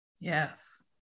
Yes